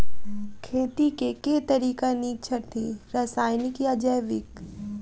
खेती केँ के तरीका नीक छथि, रासायनिक या जैविक?